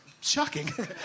shocking